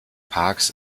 parks